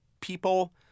people